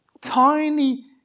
tiny